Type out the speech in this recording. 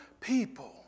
people